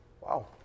Wow